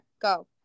Go